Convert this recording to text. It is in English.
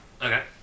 Okay